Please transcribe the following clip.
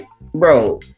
bro